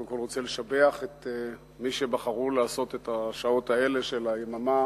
אני קודם כול רוצה לשבח את מי שבחרו לעשות את השעות האלה של היממה